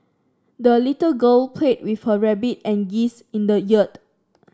the little girl played with her rabbit and geese in the yard